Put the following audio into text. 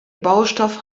baustoff